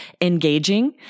engaging